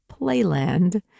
playland